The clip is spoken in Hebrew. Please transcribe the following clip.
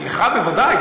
ולך בוודאי,